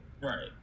Right